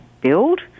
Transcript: build